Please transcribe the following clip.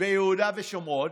ביהודה ושומרון,